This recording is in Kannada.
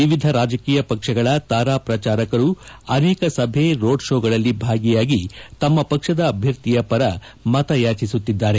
ವಿವಿಧ ರಾಜಕೀಯ ಪಕ್ಷಗಳ ತಾರಾ ಪ್ರಚಾರಕರು ಅನೇಕ ಸಭೆ ರೋಡ್ ಶೋಗಳಲ್ಲಿ ಭಾಗಿಯಾಗಿ ತಮ್ನ ಪಕ್ಷದ ಅಭ್ಯರ್ಥಿಯ ಪರ ಮತ ಯಾಚಿಸುತ್ತಿದ್ದಾರೆ